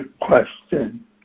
question